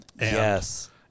Yes